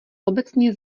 obecně